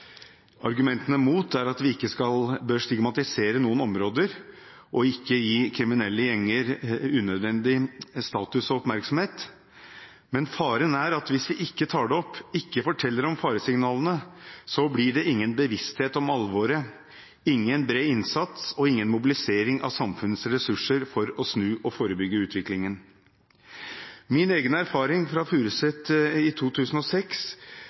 Argumentene mot er at vi ikke bør stigmatisere noen områder og ikke gi kriminelle gjenger unødvendig status og oppmerksomhet, men faren er at hvis vi ikke tar det opp, ikke forteller om faresignalene, blir det ingen bevissthet om alvoret, ingen bred innsats og ingen mobilisering av samfunnets ressurser for å snu og forebygge utviklingen. Min egen erfaring fra Furuset i 2006